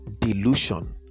delusion